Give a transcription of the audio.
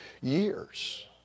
years